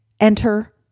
enter